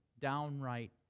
downright